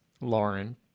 Lauren